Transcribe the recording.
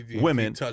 Women